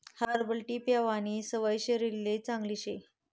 herbal tea पेवानी सवय शरीरले चांगली शे